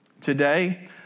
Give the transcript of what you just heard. Today